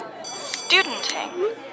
Studenting